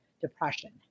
depression